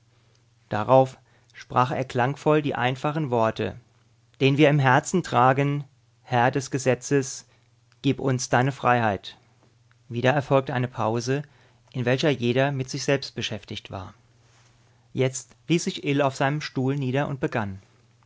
darauf sprach er klangvoll die einfachen worte den wir im herzen tragen herr des gesetzes gib uns deine freiheit wieder erfolgte eine pause in welcher jeder mit sich selbst beschäftigt war jetzt ließ sich ill auf seinem stuhl nieder und begann